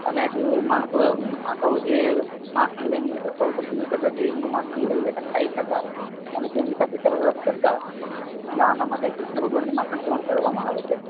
અને જે મહત્ત્વ માતાઓ જે માખણ લઇને રસ્તા ઉપરથી નીકળતા તે એમનું માખણ લઈ લેતા ને ખાઈ જતા અને તેમની સાથે શરારત કરતા એટલે આના માટે કૃષ્ણ ભગવાનને માખણ ચોર ગણવામાં આવે છે